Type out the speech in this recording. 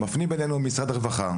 מפנים אלינו ממשרד הרווחה,